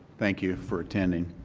thank you for attending.